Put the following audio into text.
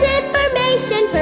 information